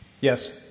Yes